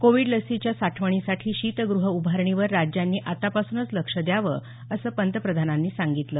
Covid लसीच्या साठवणीसाठी शीतगृह उभारणीवर राज्यांनी आतापासूनच लक्ष द्यावं असं पंतप्रधानांनी सांगितलं